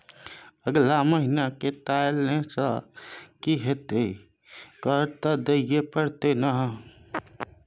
अगला महिना मे कर टालने सँ की हेतौ कर त दिइयै पड़तौ